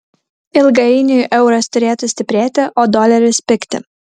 ilgainiui euras turėtų stiprėti o doleris pigti